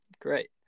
Great